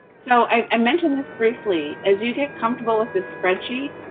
so, i mentioned this briefly. as you get comfortable with this spreadsheet,